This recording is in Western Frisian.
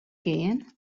gean